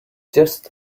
just